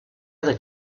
other